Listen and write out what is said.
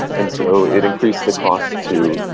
and so it increased the costs to,